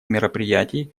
мероприятий